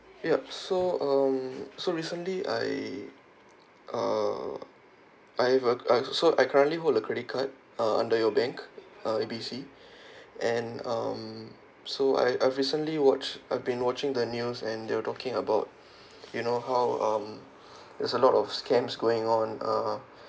yup so um so recently I uh I have uh I so I currently hold the credit card uh under your bank uh A B C and um so I I've recently watch I've been watching the news and they were talking about you know how um there's a lot of scams going on um